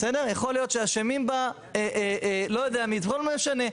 כרגע אשמים בה לא יודע מי לא משנה.